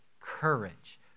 courage